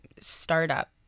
startup